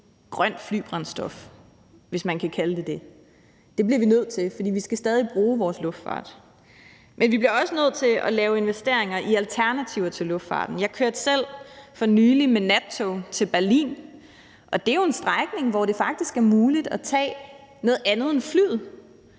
grønt flybrændstof, hvis man kan kalde det for det. Det bliver vi nødt til, for vi skal stadig bruge vores luftfart. Men vi bliver også nødt til at lave investeringer i alternativer til luftfart. Jeg kørte for nylig med nattog til Berlin – det er jo en strækning, hvor det faktisk er muligt at tage noget andet end flyet,